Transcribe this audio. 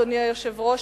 אדוני היושב-ראש,